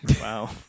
Wow